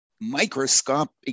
microscopic